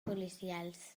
policials